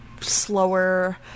slower